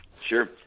Sure